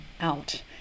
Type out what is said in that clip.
out